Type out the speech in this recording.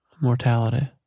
mortality